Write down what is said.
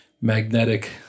magnetic